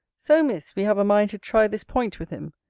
so, miss, we have a mind to try this point with him.